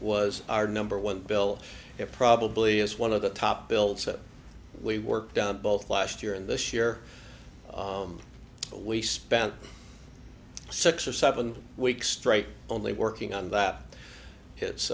was our number one bill it probably is one of the top builds that we worked on both last year and this year we spent six or seven weeks straight only working on that